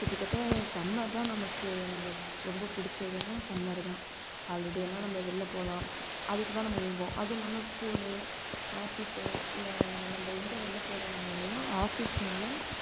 கிட்டத்தட்ட சம்மர் தான் நமக்கு நம்ம ரொம்ப பிடிச்சதுன்னா சம்மர் தான் ஹாலிடே எல்லாம் நம்ம வெளில போகலாம் அதுக்குதான் நம்ம ஏங்குவோம் அது இல்லாமல் ஸ்கூல் ஆஃபீஸோ இல்லை நம்ம எந்த வெளில போகிறதுனாலையும் ஆஃபீஸ்னால்